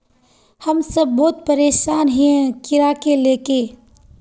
हम सब बहुत परेशान हिये कीड़ा के ले के?